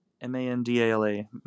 M-A-N-D-A-L-A